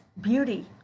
beauty